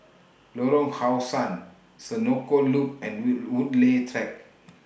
Lorong How Sun Senoko Loop and We Woodleigh Track